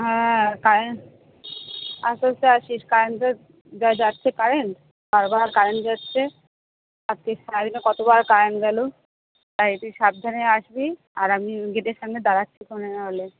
হ্যাঁ কারেন্ট আস্তে আস্তে আসিস কারেন্টের যা যাচ্ছে কারেন্ট বারবার কারেন্ট যাচ্ছে আজকে সারা দিনে কতবার কারেন্ট গেলো তাই তুই সাবধানে আসবি আর আমি গেটের সামনে দাঁড়াচ্ছি সামনে নাহলে